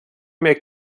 mehr